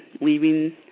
leaving